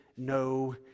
no